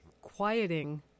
quieting